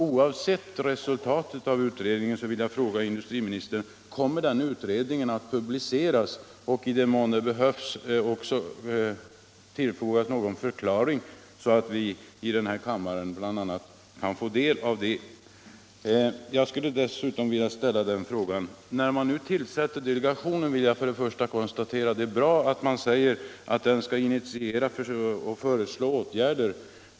Oavsett resultatet av utredningen vill jag då fråga industriministern: Kommer utredningen att publiceras och kommer, i den mån det behövs, också att tillfogas någon förklaring, så att vi bl.a. i denna kammare kan få del av detta material? När man nu tillsätter delegationen vill jag konstatera att det är bra att man säger att den skall initiera och föreslå åtgärder.